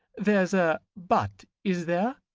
there's a but is there?